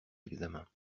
examen